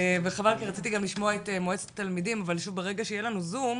ברגע שיהיה לנו זום,